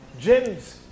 gyms